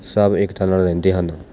ਸਭ ਏਕਤਾ ਨਾਲ਼ ਰਹਿੰਦੇ ਹਨ